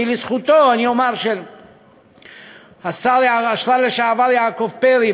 כי לזכותו של השר לשעבר יעקב פרי,